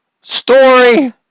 story